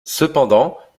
cependant